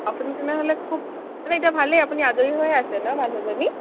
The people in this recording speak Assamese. আপুনি তেনেহ'লে খুব মানে এতিয়া ভালেই আপুনি আজৰি হৈ আছে ন মানুহজনী